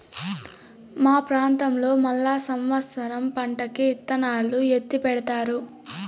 మా ప్రాంతంలో మళ్ళా సమత్సరం పంటకి ఇత్తనాలు ఎత్తిపెడతారు